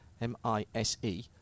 M-I-S-E